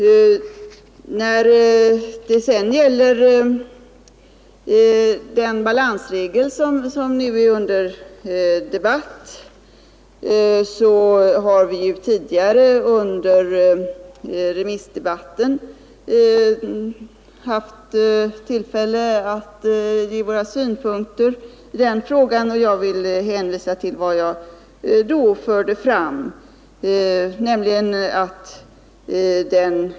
När det sedan gäller den balansregel som nu är under debatt, hade vi ju under remissdebatten tillfälle att ge våra synpunkter. Jag vill hänvisa till de motiv för slopande av regeln som jag då förde fram.